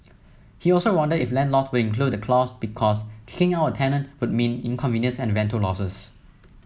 he also wondered if landlord would include the clause because kicking out a tenant would mean inconvenience and rental losses